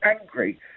angry